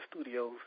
studios